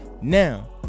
Now